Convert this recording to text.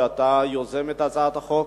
על יוזמת הצעת החוק,